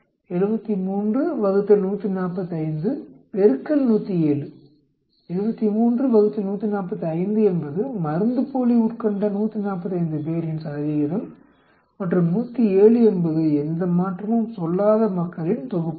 73 ÷145 107 73 ÷145 என்பது மருந்துப்போலி உட்கொண்ட 145 பேரின் மற்றும் 107 என்பது எந்த மாற்றமும் சொல்லாத மக்களின் தொகுப்பாகும்